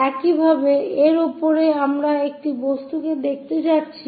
একইভাবে এর উপরে আমরা এই বস্তুটিকে দেখতে যাচ্ছি